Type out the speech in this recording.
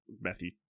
Matthew